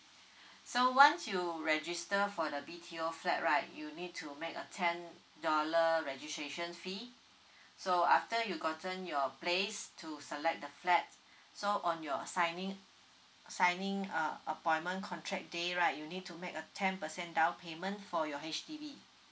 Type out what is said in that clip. so once you register for the B_T_O flat right you need to make a ten dollar registration fee so after you gotten your place to select the flat so on your signing signing uh appointment contract day right you need to make a ten percent down payment for your H_D_B